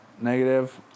negative